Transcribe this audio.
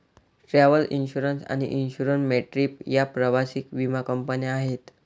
travel insurance आणि insure my trip या प्रवासी विमा कंपन्या आहेत